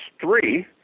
three